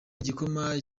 igikorwa